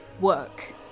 work